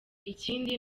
ikindi